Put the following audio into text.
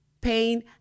Pain